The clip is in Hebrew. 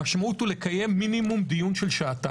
המשמעות היא לקיים דיון של מינימום שעתיים.